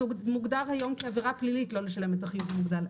זה מוגדר היום כעבירה פלילית לא לשלם את החיוב המוגדל.